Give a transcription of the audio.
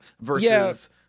versus